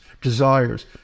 desires